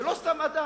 זה לא סתם אדם,